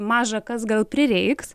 maža kas gal prireiks